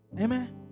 Amen